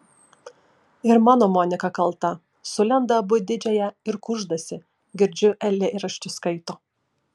ir mano monika kalta sulenda abu į didžiąją ir kuždasi girdžiu eilėraščius skaito